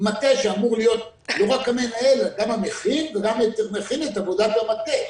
מטה שאמור להיות לא רק המנהל אלא גם המכין וגם מכין את עבודת המטה.